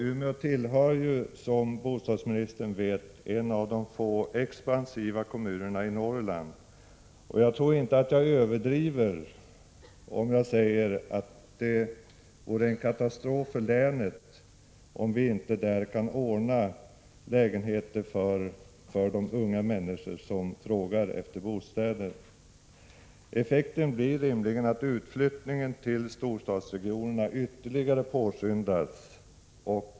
Umeå tillhör ju de få expansiva kommunerna i Norrland, som bostadsministern vet. Jag tror inte att jag överdriver om jag säger att det vore en katastrof för länet om vi inte kan ordna lägenheter för de unga människor som frågar efter bostäder. Effekten blir rimligen att utflyttningen till storstadsregionerna ytterligare påskyndas.